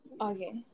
Okay